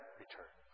return